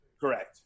Correct